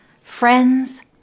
Friends